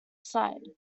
side